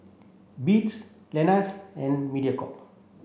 Beats Lenas and Mediacorp